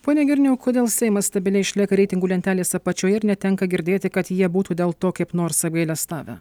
pone girniau kodėl seimas stabiliai išlieka reitingų lentelės apačioje ir netenka girdėti kad jie būtų dėl to kaip nors apgailestavę